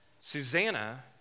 Susanna